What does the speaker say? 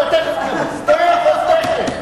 אתה תיכף, אתה תצטרך עוד תיכף.